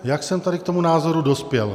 Jak jsem tady k tomu názoru dospěl?